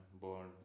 born